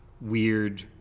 weird